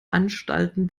anstalten